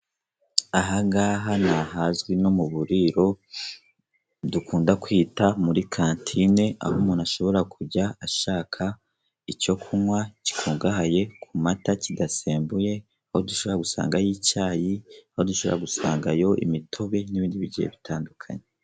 Aha ngaha ni ahazwi nko mu buriro dukunda kwita muri kantine, aho umuntu ashobora kujya ashaka icyo kunywa gikungahaye ku mata kidasembuye, aho dushobora gusangayo icyayi, aho dushobora gusangayo imitobe n'ibindi bigiye bitandukanye.